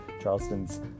charleston's